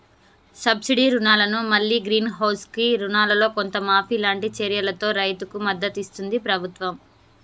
subsidy రుణాలను మల్లి greenhouse కు రుణాలల్లో కొంత మాఫీ లాంటి చర్యలతో రైతుకు మద్దతిస్తుంది ప్రభుత్వం